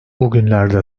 bugünlerde